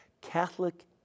Catholic